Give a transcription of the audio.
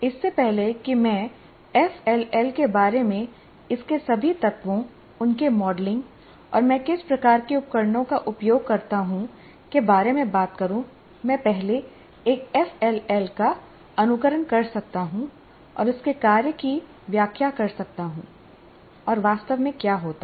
इससे पहले कि मैं एफएलएल के बारे में इसके सभी तत्वों उनके मॉडलिंग और मैं किस प्रकार के उपकरणों का उपयोग करता हूं के बारे में बात करूं मैं पहले एक एफएलएल का अनुकरण कर सकता हूं और इसके कार्य की व्याख्या कर सकता हूं और वास्तव में क्या होता है